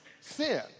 sin